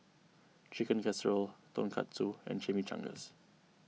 Chicken Casserole Tonkatsu and Chimichangas